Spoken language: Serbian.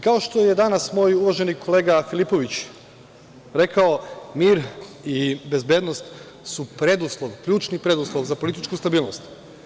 Kao što je danas moj uvaženi kolega Filipović rekao – mir i bezbednost su preduslov, ključni preduslov za političku stabilnost.